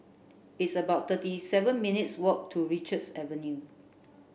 it's about thirty seven minutes' walk to Richards Avenue